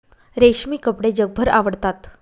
रेशमी कपडे जगभर आवडतात